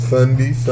Sunday